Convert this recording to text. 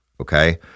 Okay